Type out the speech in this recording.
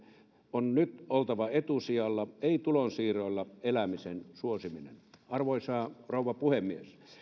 on nyt oltava etusijalla ei tulonsiirroilla elämisen suosimisen arvoisa rouva puhemies